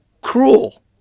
cruel